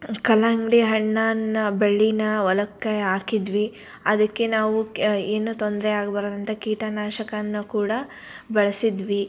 ಕಲ್ಲಂಗಡಿ ಹಣ್ಣನ್ನು ಬೆಳೇನ ಹೊಲಕ್ಕೆ ಹಾಕಿದ್ವಿ ಅದಕ್ಕೆ ನಾವು ಕ್ ಏನೂ ತೊಂದರೆ ಆಗ್ಬಾರ್ದು ಅಂತ ಕೀಟನಾಶಕವನ್ನು ಕೂಡ ಬಳಸಿದ್ವಿ